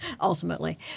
ultimately